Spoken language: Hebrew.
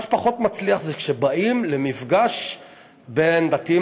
מה שפחות מצליח זה כשבאים למפגש בין דתיים